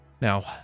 Now